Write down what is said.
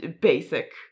basic